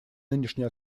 нынешнее